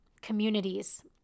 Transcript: communities